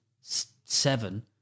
seven